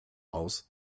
aus